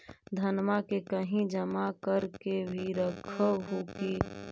धनमा के कहिं जमा कर के भी रख हू की?